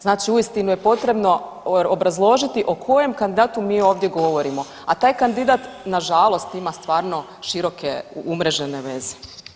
Znači uistinu je potrebno obrazložiti o kojem kandidatu mi ovdje govorimo, a taj kandidat nažalost ima stvarno široke umrežene veze.